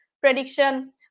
prediction